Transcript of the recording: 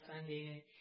Sunday